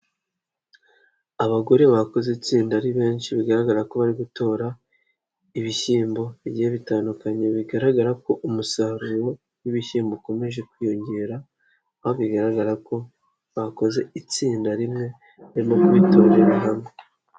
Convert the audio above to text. Abagore bakoze itsinda ari benshi bigaragara ko bari gutora ibishyimbo bigiye bitandukanye, bigaragara ko umusaruro w'ibishyimbo ukomeje kwiyongera, aho bigaragara ko bakoze itsinda rimwe, barimo kubitorera hamwe.